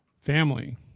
family